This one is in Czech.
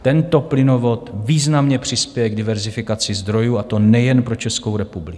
Tento plynovod významně přispěje k diverzifikaci zdrojů, a to nejen pro Českou republiku.